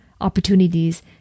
Opportunities